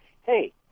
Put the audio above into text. hey